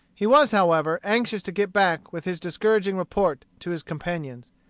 he was, however, anxious to get back with his discouraging report to his companions.